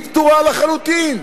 היא פטורה לחלוטין.